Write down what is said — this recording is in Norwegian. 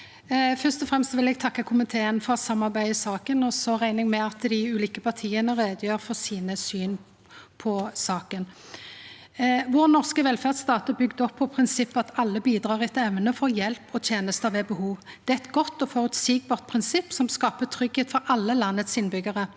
Fyrst og fremst vil eg takka komiteen for samarbeidet i saka. Så reknar eg med at dei ulike partia gjer greie for sine syn i saka. Vår norske velferdsstat er bygd opp på prinsippet om at alle bidrar etter evne og får hjelp og tenester ved behov. Det er eit godt og føreseieleg prinsipp som skapar tryggleik for alle landets innbyggjarar.